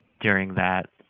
during that,